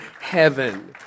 heaven